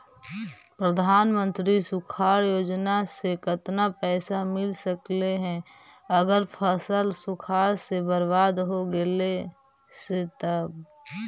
प्रधानमंत्री सुखाड़ योजना से केतना पैसा मिल सकले हे अगर फसल सुखाड़ से बर्बाद हो गेले से तब?